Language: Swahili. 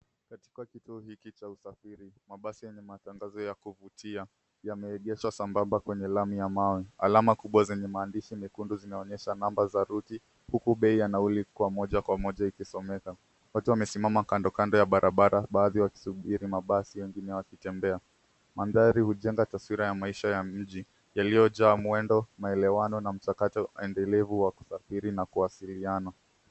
Ktika kituo hiki cha usafiri mabasi yana matangazo ya kuvutia. Yameegeshwa sambamba kwenye lami ya mawe. Alama kubwa zenye maandishi mekundu zinaonyesha namba za ruti huku bei ya nauli moja kwa moja ikisomeka. Watu wamesimama kando kando ya barabara baadhi wajisubiri mabasi wengine wakitembea. Mandhari hujenga taswira ya maisha ya mji yaliyojaa. mwendo ,maelewano na mchakato endelevu wa kusafiri na kuwasiliana.